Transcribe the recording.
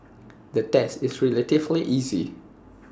the test is relatively easy